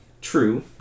True